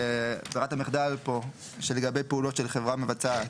ברירת המחדל פה היא שלגבי פעולות של חברה מבצעת,